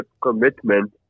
commitment